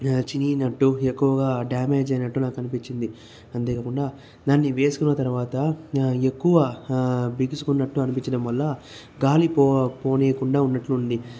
చినిగినట్టు ఎక్కువగా డామేజ్ అయినట్టు నాకు అనిపించింది అంతే కాకుండా దాన్ని వేసుకున్న తర్వాత ఎక్కువ బిగుసుకున్నట్టు అనిపించడం వల్ల గాలి పో పోనివ్వకుండా ఉన్నట్టు ఉంది